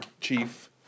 chief